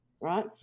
right